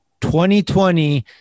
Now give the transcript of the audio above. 2020